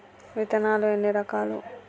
విత్తనాలు ఎన్ని రకాలు?